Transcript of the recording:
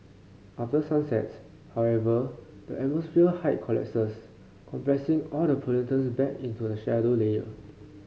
after sunsets however the atmosphere height collapses compressing all the pollutants back into the shallow layer